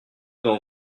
dans